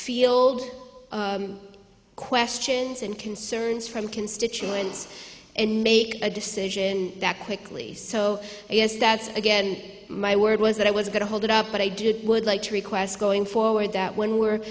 field questions and concerns from constituents and make a decision that quickly so yes that's again my word was that i was going to hold it up but i did would like to request going forward that when we